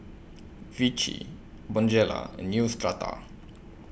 Vichy Bonjela and Neostrata